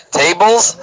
tables